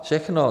Všechno.